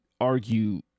argue